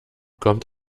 kommt